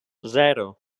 zero